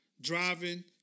driving